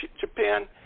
Japan